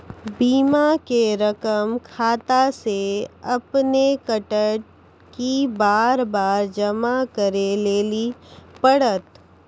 बीमा के रकम खाता से अपने कटत कि बार बार जमा करे लेली पड़त?